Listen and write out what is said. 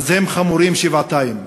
הם חמורים שבעתיים.